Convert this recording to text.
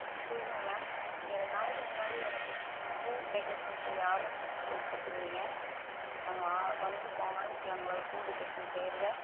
excuse me ma'am நீங்கள் ரெண்டு நாளைக்கு முன்னாடி எனக்கு பூ டெக்ரேஷன் செய்ய ஆர்டர் போ சொல் கொடுத்துருந்தீங்க நாங்கள் வா வந்துருக்கோம் ஆரம்பிக்கலாங்களா பூ டெக்ரேஷன் செய்யகிறத